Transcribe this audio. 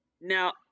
Now